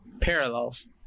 parallels